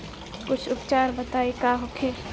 कुछ उपचार बताई का होखे?